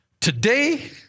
today